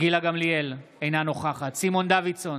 גילה גמליאל, אינה נוכחת סימון דוידסון,